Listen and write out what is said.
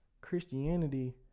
Christianity